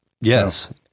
Yes